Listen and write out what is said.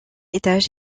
étage